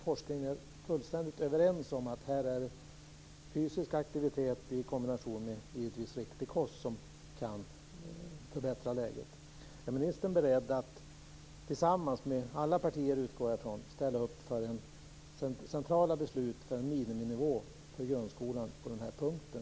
Forskningen är fullständigt överens om att här kan fysisk aktivitet, givetvis i kombination med riktig kost, förbättra läget. Är ministern beredd att, tillsammans med alla partier utgår jag ifrån, ställa upp för centrala beslut för en miniminivå för grundskolan på den här punkten?